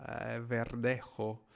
Verdejo